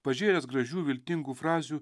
pažėręs gražių viltingų frazių